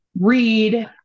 read